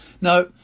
Now